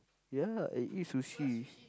ya I eat sushi